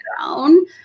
own